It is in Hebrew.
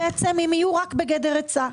הם יהיו רק בגדר עצה.